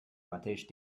mateix